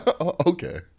okay